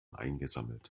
eingesammelt